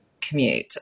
commute